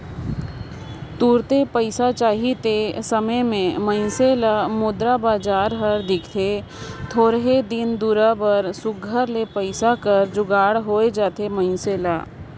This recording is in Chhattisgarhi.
तुरते पइसा चाही ते समे में मइनसे ल मुद्रा बजार हर दिखथे थोरहें दिन दुरा बर सुग्घर ले पइसा कर जुगाड़ होए जाथे मइनसे ल